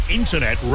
internet